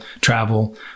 travel